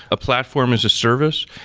a platform as a service.